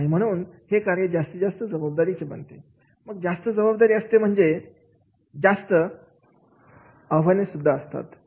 आणि म्हणून हे कार्य जास्तीत जास्त जबाबदारीचे बनते मग जास्त जबाबदारी असते म्हणजे जास्त आणि घर सुद्धा असतात